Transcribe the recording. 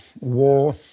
war